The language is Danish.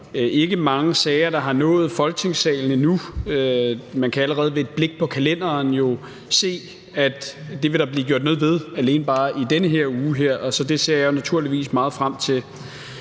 ikke mange sager, der har nået Folketingssalen endnu. Man kan allerede ved et blik på kalenderen jo se, at det vil der blive gjort noget ved alene bare i denne uge. Så det ser jeg naturligvis meget frem til.